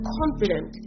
confident